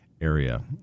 area